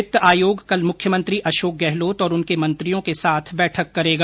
वित्त आयोग कल मुख्यमंत्री अशोक गहलोत और उनके मंत्रियों के साथ बैठक करेगा